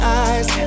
eyes